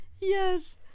Yes